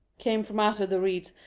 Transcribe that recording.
came from out of the reeds,